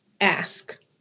ask